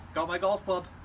got my golf club,